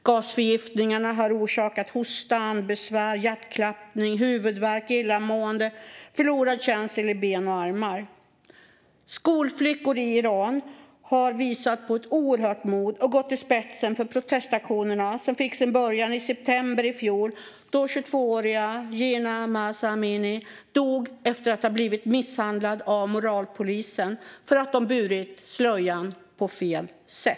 Gasförgiftningarna har orsakat hostningar, andningsbesvär, hjärtklappning, huvudvärk, illamående och förlorad känsel i ben och armar. Skolflickor i Iran har visat på ett oerhört mod och gått spetsen för protestaktionerna som fick sin början i september i fjol då 22-åriga Jina Mahsa Amini dog efter att ha blivit misshandlad av moralpolisen för att hon burit slöjan på fel sätt.